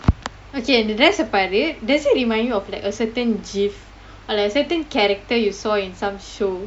okay அந்த:antha dress ah பாரு:paaru does it remind you of a certain gif or like a certain character you saw in some show